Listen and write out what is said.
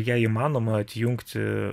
ją įmanoma atjungti